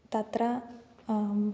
तत्र